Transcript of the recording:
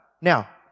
Now